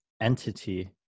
entity